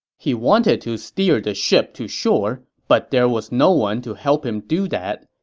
he wanted to steer the ship to shore, but there was no one to help him do that.